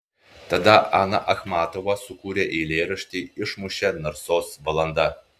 tada ana achmatova sukūrė eilėraštį išmušė narsos valanda